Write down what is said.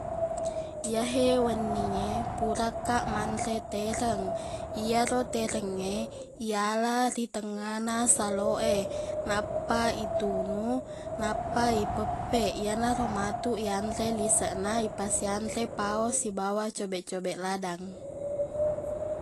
Iyahe wenni e purakaq manre tereng iyaro terengnge iyala ri tengngana saloq e nappa itunu nappa ipeppeq iyanaro matuq ianre liseqna ipasianre pao sibawa cobek-cobek ladang